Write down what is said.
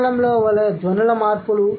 ఆంగ్లంలో వలె ధ్వనుల మార్పులు